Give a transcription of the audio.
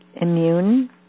immune